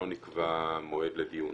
לא נקבע מועד לדיון.